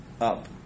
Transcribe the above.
up